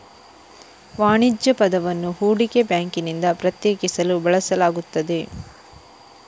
ವಾಣಿಜ್ಯ ಪದವನ್ನು ಹೂಡಿಕೆ ಬ್ಯಾಂಕಿನಿಂದ ಪ್ರತ್ಯೇಕಿಸಲು ಬಳಸಲಾಗುತ್ತದೆ